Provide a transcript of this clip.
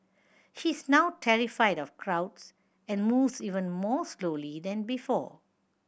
she is now terrified of crowds and moves even more slowly than before